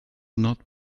not